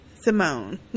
Simone